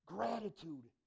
Gratitude